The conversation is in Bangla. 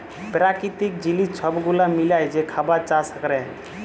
পেরাকিতিক জিলিস ছব গুলা মিলায় যে খাবার চাষ ক্যরে